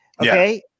okay